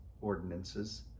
ordinances